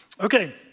Okay